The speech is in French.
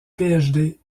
phd